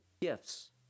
gifts